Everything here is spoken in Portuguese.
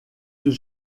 dos